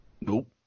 Nope